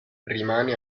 rimane